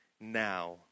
now